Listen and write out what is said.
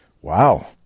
Wow